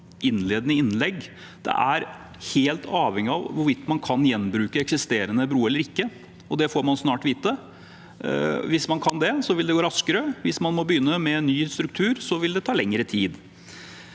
innledende innlegg. Det er helt avhengig av hvorvidt man kan gjenbruke eksisterende bru eller ikke, og det får man snart vite. Hvis man kan det, vil det gå raskere. Hvis man må begynne med en ny struktur, vil det ta lengre tid.